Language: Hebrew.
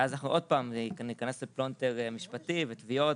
ואז אנחנו עוד פעם ניכנס לפלונטר משפטי ובלגנים.